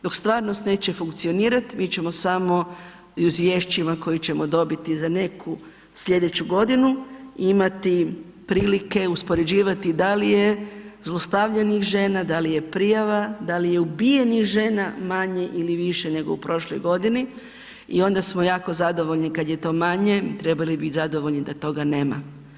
Dok stvarnost neće funkcionirat mi ćemo samo u izvješćima koji ćemo dobiti za neku slijedeću godinu imati prilike uspoređivati da li je zlostavljanih žena, da li je prijava, da li je ubijenih žena manje ili više nego u prošloj godini i onda smo jako zadovoljni kad je to manje, trebali bi bit zadovoljni da toga nema.